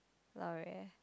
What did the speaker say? L'oreal